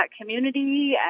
community